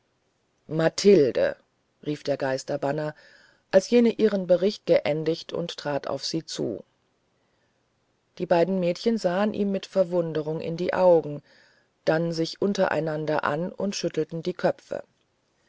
mathilde rief der geisterbanner als jene ihren bericht geendigt und trat auf sie zu die beiden mädchen sahen ihm mit verwunderung in die augen dann sich untereinander an und schüttelten die köpfe